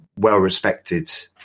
well-respected